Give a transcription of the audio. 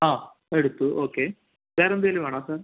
ആ എടുത്തു ഓക്കെ വേറെ എന്തെങ്കിലും വേണൊ സാർ